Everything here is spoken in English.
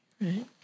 right